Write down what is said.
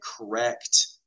correct